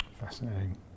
Fascinating